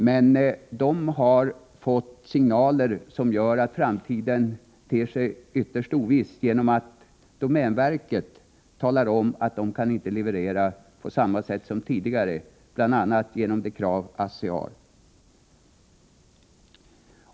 Men de har fått signaler som gör att framtiden ter sig ytterst oviss — genom att domänverket talar om att de inte kan leverera som tidigare, bl.a. på grund av ASSI:s krav.